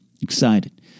excited